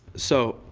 so,